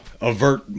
avert